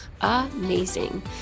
amazing